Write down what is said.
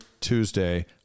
Tuesday